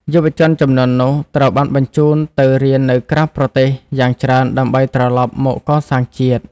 យុវជនជំនាន់នោះត្រូវបានបញ្ជូនទៅរៀននៅក្រៅប្រទេសយ៉ាងច្រើនដើម្បីត្រឡប់មកកសាងជាតិ។